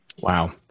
Wow